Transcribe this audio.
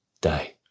day